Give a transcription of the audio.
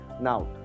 now